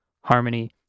harmony